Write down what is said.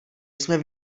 jsme